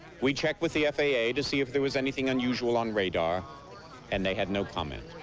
we checked with the f a a. to see if there was anything unusual on radar and they had no comment.